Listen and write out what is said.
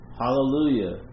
Hallelujah